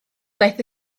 daeth